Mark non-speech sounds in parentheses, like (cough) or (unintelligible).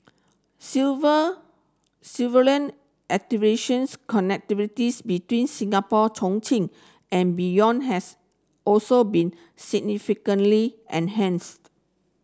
civil civilly (unintelligible) connectivity's between Singapore Chongqing and beyond has also been significantly enhanced